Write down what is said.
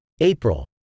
April